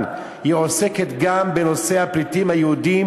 היא עוסקת גם בנושא הפליטים היהודים